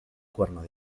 cuerno